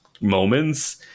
moments